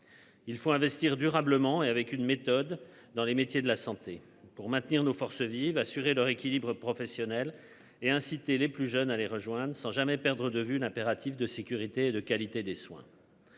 Il faut investir durablement et avec une méthode dans les métiers de la santé pour maintenir nos forces vives, assurer leur équilibre professionnel et inciter les plus jeunes à les rejoindre sans jamais perdre de vue l'impératif de sécurité et de qualité des soins.